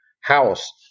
house